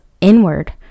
inward